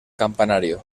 campanario